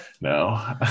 No